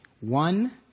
One